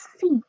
see